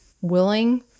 willing